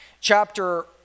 chapter